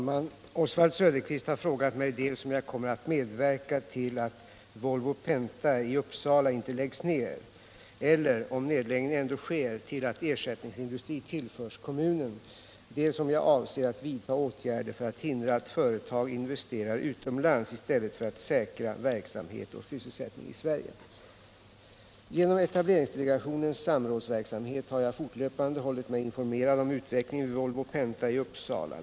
Herr talman! Oswald Söderqvist har frågat mig dels om jag kommer att medverka tull att Volvo-Penta i Uppsala inte läggs ned eller - om nedläggning ändå sker — till att ersättningsindustri tillförs kommunen, dels om jag avser att vidta åtgärder för att hindra att företag investerar utomlands i stället för att säkra verksamhet och sysselsättning i Sverige. Genom etableringsdelegationens samrådsverksamhet har jag fortlöpande hållit mig informerad om utvecklingen vid Volvo-Penta i Uppsala.